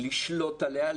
לשלוט עליה,